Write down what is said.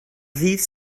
ddydd